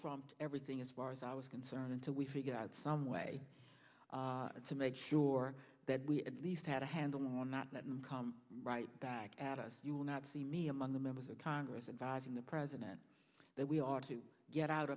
trumped everything as far as i was concerned until we figure out some way to make sure that we at least had a handle on not let me come right back at us you will not see me among the members of congress inviting the president that we are to get out